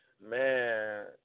Man